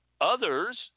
Others